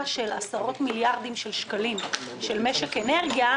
של עשרות מיליארדי שקלים של משק אנרגיה,